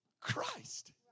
Christ